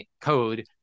code